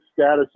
status